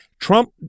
Trump